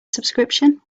subscription